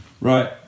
right